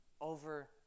over